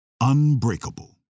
unbreakable